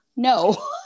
No